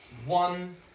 One